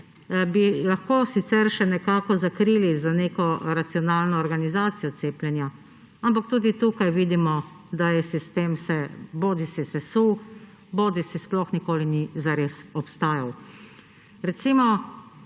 bi lahko sicer še nekako zakrili z neko racionalno organizacijo cepljenja, ampak tudi tukaj vidimo, da je sistem bodisi se sesul bodisi sploh nikoli ni zares obstajal. Recimo,